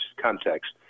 context